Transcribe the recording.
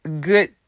good